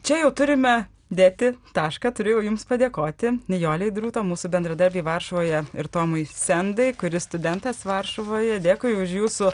čia jau turime dėti tašką turiu jau jums padėkoti nijolei druto mūsų bendradarbei varšuvoje ir tomui sendai kuris studentas varšuvoje dėkui už jūsų